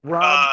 Rob